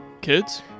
Kids